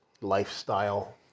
lifestyle